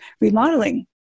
remodeling